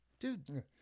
Dude